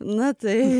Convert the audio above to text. na tai